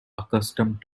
accustomed